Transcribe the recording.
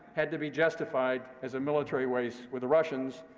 had to be justified as a military race with the russians.